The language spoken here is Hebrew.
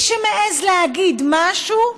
מי שמעז להגיד משהו,